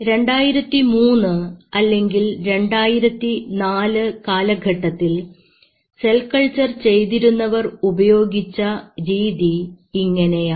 2003 അല്ലെങ്കിൽ 2004 കാലഘട്ടത്തിൽ cell culture ചെയ്തിരുന്നവർ ഉപയോഗിച്ച രീതി ഇങ്ങനെയാണ്